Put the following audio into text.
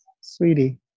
sweetie